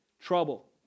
trouble